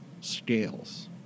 scales